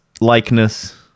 likeness